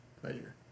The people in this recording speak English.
pleasure